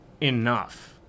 enough